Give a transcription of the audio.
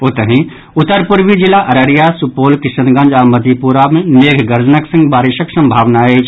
ओतहि उत्तर पूर्वी जिला अररिया सुपौल किशनगंज आ मधेपुरा मे मेघ गर्जनक संग बारिशक सम्भावना अछि